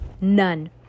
None